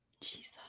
Jesus